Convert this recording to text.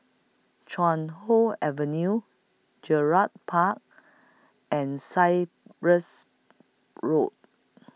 Chuan Hoe Avenue Gerald Park and Cyprus Road